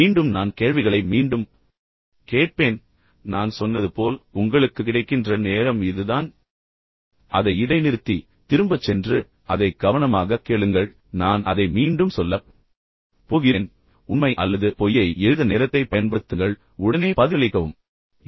மீண்டும் நான் கேள்விகளை மீண்டும் கேட்பேன் நான் சொன்னது போல் உங்களுக்கு கிடைக்கின்ற நேரம் இதுதான் அதை இடைநிறுத்தி திரும்பச் சென்று கவனிப்பதை தவிர்க்கவும் பின்னர் அதைக் கவனமாகக் கேளுங்கள் நான் அதை மீண்டும் சொல்லப் போகிறேன் உண்மை அல்லது பொய்யை எழுத நேரத்தைப் பயன்படுத்துங்கள் உடனே பதிலளிப்பது முக்கியம்